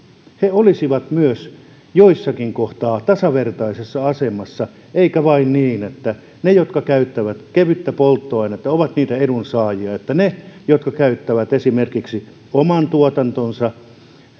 olisivat myös jossakin kohtaa tasavertaisessa asemassa eikä niin että vain he jotka käyttävät kevyttä polttoainetta ovat niitä edunsaajia niiden jotka käyttävät esimerkiksi oman tuotantonsa